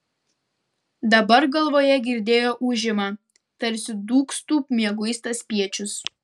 dabar galvoje girdėjo ūžimą tarsi dūgztų mieguistas spiečius